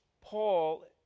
Paul